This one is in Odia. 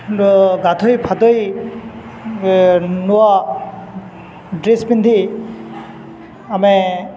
ଗାଧୋଇଫାଦୋଇ ନୂଆ ଡ୍ରେସ୍ ପିନ୍ଧି ଆମେ